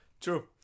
True